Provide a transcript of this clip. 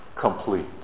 complete